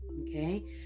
okay